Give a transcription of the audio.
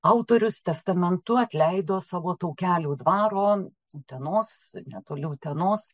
autorius testamentu atleido savo taukelių dvaro utenos netoli utenos